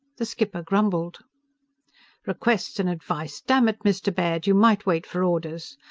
the skipper grumbled requests and advice! dammit! mr. baird, you might wait for orders!